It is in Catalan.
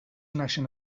naixen